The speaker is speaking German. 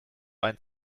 ein